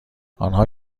آنها